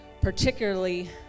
particularly